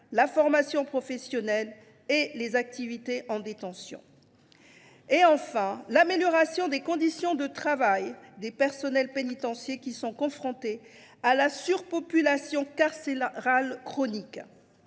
la formation professionnelle et les activités en détention. Enfin, il faut améliorer les conditions de travail des personnels pénitentiaires qui sont confrontés à la surpopulation carcérale chronique.